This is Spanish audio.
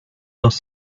dos